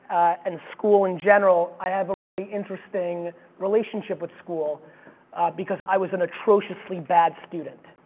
and school, in general, i have a really interesting relationship with school because i was an atrociously bad student,